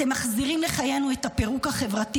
אתם מחזירים לחיינו את הפירוק החברתי